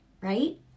right